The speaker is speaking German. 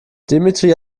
dimitri